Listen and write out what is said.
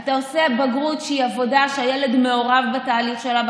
אתה עושה בגרות שהיא עבודה שהילד מעורב בתהליך שלה,